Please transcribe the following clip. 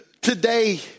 Today